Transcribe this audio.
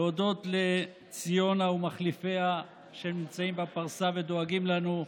להודות לציונה ומחליפיה שנמצאים בפרסה ודואגים לנו,